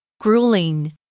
Grueling